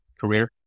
career